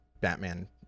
Batman